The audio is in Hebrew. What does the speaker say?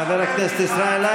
חבר הכנסת עודד פורר,